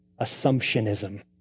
assumptionism